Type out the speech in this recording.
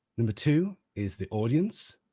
number two is the audience.